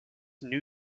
new